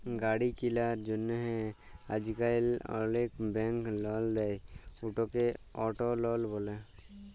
গাড়ি কিলার জ্যনহে আইজকাল অলেক ব্যাংক লল দেই, উটকে অট লল ব্যলে